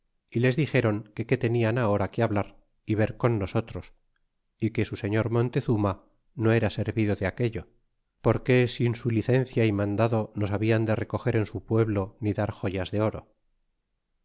y les dixéron que qué tenian ahora que hablar y ver con nosotros e que su señor montezuma no era servido de aquello por qué sin su licencia y mandado nos habian de recoger en su pueblo ni dar joyas de oro